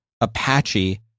Apache